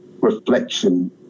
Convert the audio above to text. reflection